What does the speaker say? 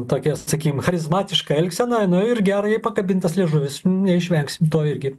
tokie sakykim charizmatiška elgsena nu ir gerai pakabintas liežuvis neišvengsim to irgi